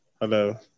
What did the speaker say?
Hello